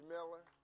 Miller